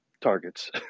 targets